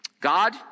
God